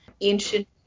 Ancient